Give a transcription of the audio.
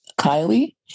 Kylie